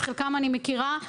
את חלקם אני מכירה,